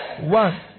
one